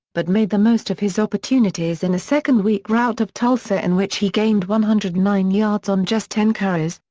but made the most of his opportunities in a second-week rout of tulsa in which he gained one hundred and nine yards on just ten carries,